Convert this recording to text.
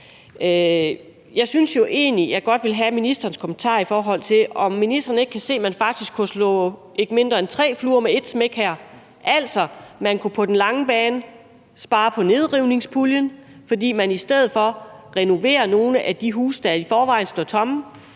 Jeg vil egentlig godt have ministerens kommentar til, om ikke ministeren kan se, at man faktisk kunne slå ikke mindre end tre fluer med et smæk her: Man kunne på den lange bane spare på nedrivningspuljen, ved at man renoverer nogle af de huse, der i forvejen står tomme;